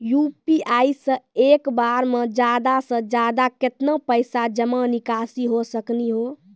UPI से एक बार मे ज्यादा से ज्यादा केतना पैसा जमा निकासी हो सकनी हो?